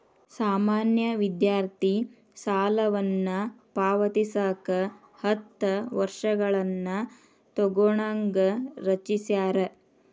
ಸಾಮಾನ್ಯ ವಿದ್ಯಾರ್ಥಿ ಸಾಲವನ್ನ ಪಾವತಿಸಕ ಹತ್ತ ವರ್ಷಗಳನ್ನ ತೊಗೋಣಂಗ ರಚಿಸ್ಯಾರ